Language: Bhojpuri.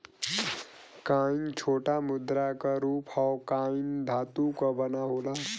कॉइन छोटा मुद्रा क रूप हौ कॉइन धातु क बना होला